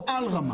או על רמה.